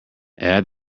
add